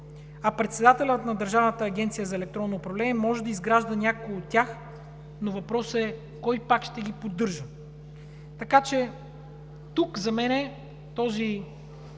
а председателят на Държавна агенция „Електронно управление“ може да изгражда някои от тях, но въпросът е кой пак ще ги поддържа? Така че за мен тук този